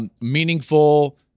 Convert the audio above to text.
Meaningful